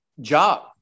job